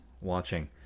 watching